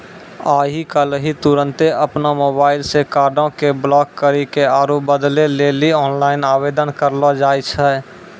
आइ काल्हि तुरन्ते अपनो मोबाइलो से कार्डो के ब्लाक करि के आरु बदलै लेली आनलाइन आवेदन करलो जाय छै